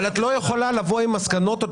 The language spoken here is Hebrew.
אבל את לא יכולה לבוא עם מסקנות עוד